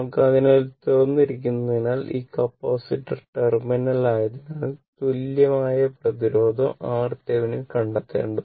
അതിനാൽ ഇത് തുറന്നിരിക്കുന്നതിനാൽ ഇത് കപ്പാസിറ്റർ ടെർമിനൽ ആയതിനാൽ തുല്യ പ്രതിരോധം R തേവിനിൻ കണ്ടെത്തേണ്ടതുണ്ട്